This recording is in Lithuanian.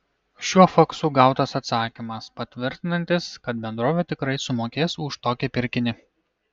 šiuo faksu gautas atsakymas patvirtinantis kad bendrovė tikrai sumokės už tokį pirkinį